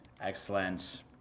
excellent